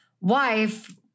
wife